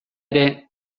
ere